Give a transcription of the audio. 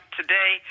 today